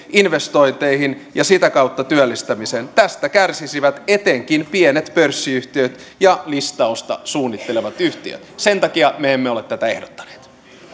investointeihin ja sitä kautta työllistämiseen tästä kärsisivät etenkin pienet pörssiyhtiöt ja listausta suunnittelevat yhtiöt sen takia me emme ole tätä ehdottaneet